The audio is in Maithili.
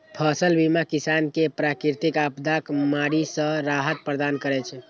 फसल बीमा किसान कें प्राकृतिक आपादाक मारि सं राहत प्रदान करै छै